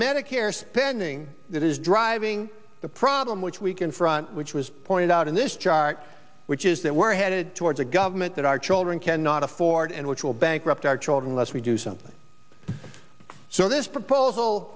medicare spending that is driving the problem which we confront which was pointed out in this chart which is that we're headed towards a government that our children cannot afford and which will bankrupt our children lest we do something so this proposal